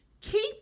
keep